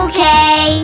Okay